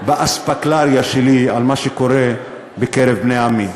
באספקלריה שלי על מה שקורה בקרב בני עמי.